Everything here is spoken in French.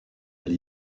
elle